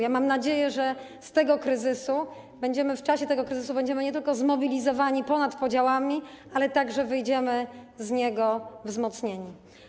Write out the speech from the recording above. Ja mam nadzieję, że z tego kryzysu będziemy, w czasie tego kryzysu będziemy nie tylko zmobilizowani ponad podziałami, ale także wyjdziemy z niego wzmocnieni.